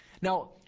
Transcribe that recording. now